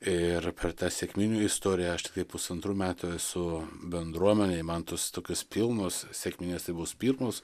ir per tą sekminių istoriją aš tiktai pusantrų metų esu bendruomenėj man tos tokios pilnos sekminės tai bus pirmos